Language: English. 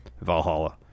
Valhalla